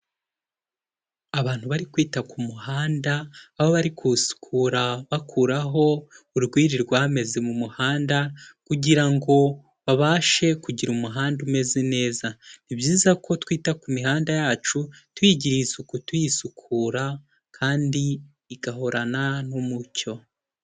Abantu bari kwita ku muhanda, aho bari kuwusukura bakuraho urwiri rwameze mu muhanda kugira ngo babashe kugira umuhanda umeze neza. Ni byiza ko twita ku mihanda yacu tuyigiriye isuku tuyisukura kandi igahorana n'umucyo.